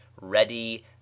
ready